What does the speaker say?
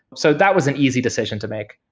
so that was an easy decision to make